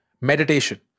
meditation